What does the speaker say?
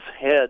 head